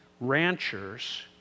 ranchers